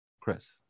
Chris